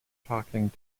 talking